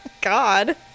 god